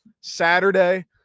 Saturday